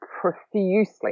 profusely